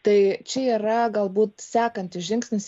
tai čia yra galbūt sekantis žingsnis